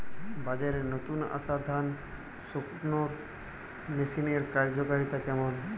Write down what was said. বাজারে নতুন আসা ধান শুকনোর মেশিনের কার্যকারিতা কেমন?